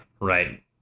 right